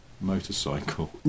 motorcycle